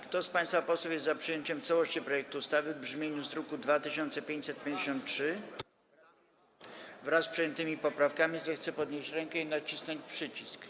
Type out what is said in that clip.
Kto z państwa posłów jest za przyjęciem w całości projektu ustawy w brzmieniu z druku nr 2553, wraz z przyjętymi poprawkami, zechce podnieść rękę i nacisnąć przycisk.